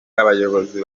abayobozi